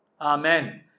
Amen